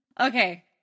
Okay